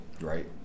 Right